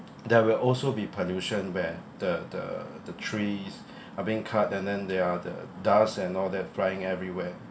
there will also be pollution where the the the trees are being cut and then there are the dust and all that flying everywhere